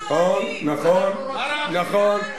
נכון, נכון.